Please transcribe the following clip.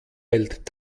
hält